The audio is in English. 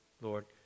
Lord